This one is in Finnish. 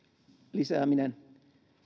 lisääminen